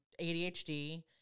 ADHD